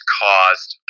caused